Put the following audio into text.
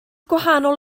gwahanol